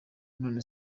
none